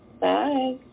bye